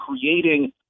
creating